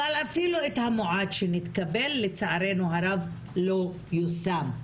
אבל אפילו את המועט שמתקבל, לצערנו הרב, לא יושם.